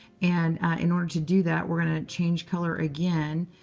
and in order to do that, we're going to change color again.